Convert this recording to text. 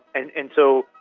and and so,